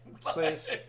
please